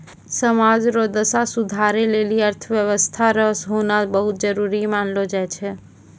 समाज रो दशा सुधारै लेली आर्थिक व्यवस्था रो होना बहुत जरूरी मानलौ जाय छै